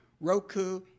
Roku